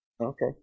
okay